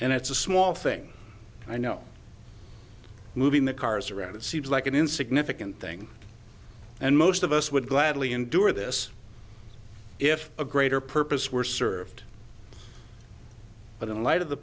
and it's a small thing i know moving the cars around it seems like an insignificant thing and most of us would gladly endure this if a greater purpose were served but in light of the